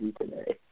today